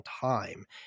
time